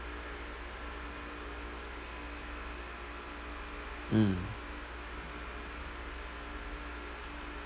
mm